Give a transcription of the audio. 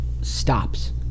stops